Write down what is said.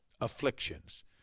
afflictions